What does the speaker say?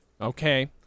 Okay